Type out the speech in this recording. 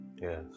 Yes